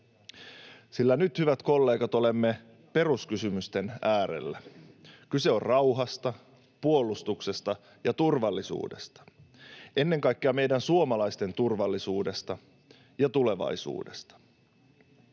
sillä nyt, hyvät kollegat, olemme peruskysymysten äärellä. Kyse on rauhasta, puolustuksesta ja turvallisuudesta — ennen kaikkea meidän suomalaisten turvallisuudesta ja tulevaisuudesta.